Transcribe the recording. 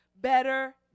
better